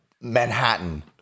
Manhattan